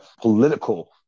political